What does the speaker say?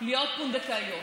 להיות פונדקאיות.